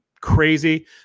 crazy